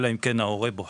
אלא אם כן ההורה בוחר,